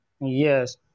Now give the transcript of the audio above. Yes